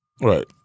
Right